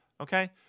okay